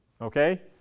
Okay